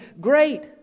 great